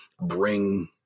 bring